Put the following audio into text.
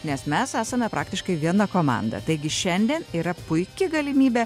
nes mes esame praktiškai viena komanda taigi šiandien yra puiki galimybė